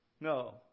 No